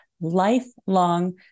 lifelong